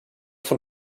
von